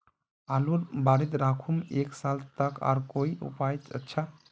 आलूर बारित राखुम एक साल तक तार कोई उपाय अच्छा?